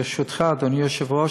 ברשותך, אדוני היושב-ראש,